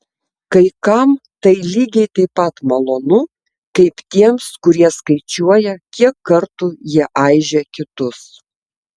kai kam tai lygiai taip pat malonu kaip tiems kurie skaičiuoja kiek kartų jie aižė kitus